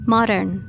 Modern